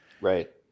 right